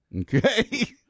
okay